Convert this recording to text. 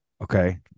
Okay